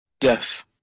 Yes